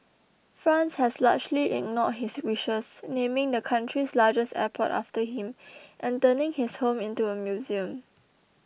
France has largely ignored his wishes naming the country's largest airport after him and turning his home into a museum